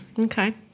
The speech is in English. Okay